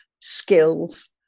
skills